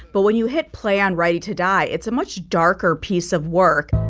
but when you hit play on ready to die it's a much darker piece of work.